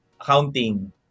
accounting